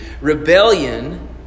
Rebellion